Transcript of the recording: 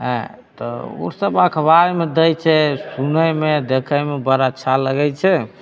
आयँ तऽ ओ सब अखबारमे दै छै सुनैमे देखैमे बड़ अच्छा लगैत छै